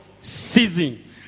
season